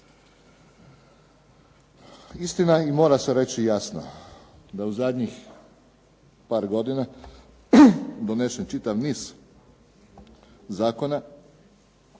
Istina je i mora se reći jasno da je u zadnjih par godina donesen čitav niz zakona